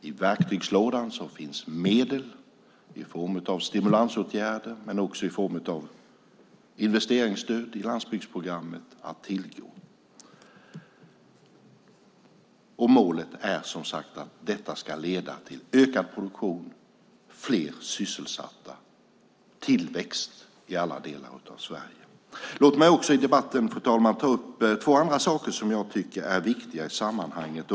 I verktygslådan finns medel i form av stimulansåtgärder men också i form av investeringsstöd till landsbygdsprogrammet att tillgå. Målet är som sagt är att detta ska leda till ökad produktion, fler sysselsatta och tillväxt i alla delar av Sverige. Låt mig, fru talman, i debatten ta upp två andra saker som jag tycker är viktiga i sammanhanget.